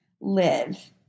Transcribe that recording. live